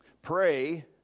Pray